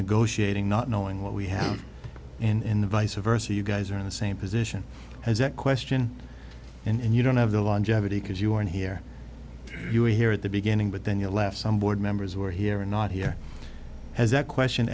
negotiating not knowing what we have in the vice versa you guys are in the same position as that question and you don't have the longevity because you weren't here you were here at the beginning but then you left some board members were here or not here has that question